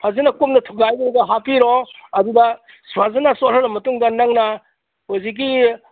ꯐꯖꯅ ꯀꯨꯞꯅ ꯊꯨꯒꯥꯏꯕꯤꯔꯒ ꯍꯥꯞꯄꯤꯔꯣ ꯑꯗꯨꯒ ꯐꯖꯅ ꯆꯣꯠꯍꯜꯂ ꯃꯇꯨꯡꯗ ꯅꯪꯅ ꯍꯧꯖꯤꯛꯀꯤ